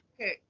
Okay